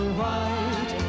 white